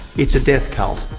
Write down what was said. it's a death cult.